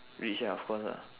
rich ah of course ah